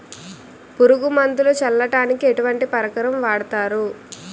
పురుగు మందులు చల్లడానికి ఎటువంటి పరికరం వాడతారు?